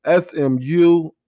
SMU